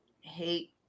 hate